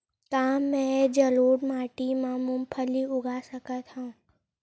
का मैं जलोढ़ माटी म मूंगफली उगा सकत हंव?